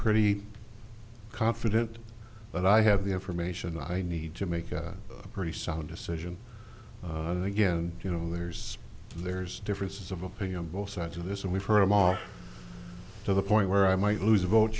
pretty confident that i have the information i need to make a pretty solid decision again you know there's there's differences of opinion on both sides of this and we've heard him on to the point where i might lose a vote